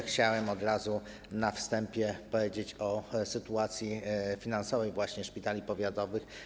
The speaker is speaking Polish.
Chciałem od razu na wstępie powiedzieć o sytuacji finansowej właśnie szpitali powiatowych.